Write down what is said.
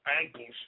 ankles